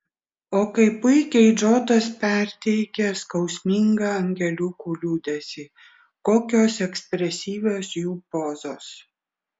o kaip puikiai džotas perteikė skausmingą angeliukų liūdesį kokios ekspresyvios jų pozos